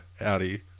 Audi